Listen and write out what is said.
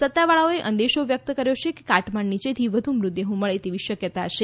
સત્તાવાળાઓએ અંદેશો વ્યક્ત કર્યો છે કે કાટમાળ નીચેથી વધુ મૃતદેહો મળે તેવી શક્યતા છે